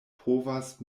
povas